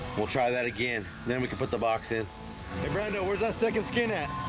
we'll try that again then we can put the box in it right now where's that second skin yeah